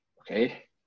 okay